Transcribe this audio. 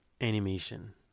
animation